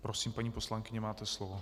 Prosím, paní poslankyně, máte slovo.